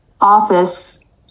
office